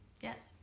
Yes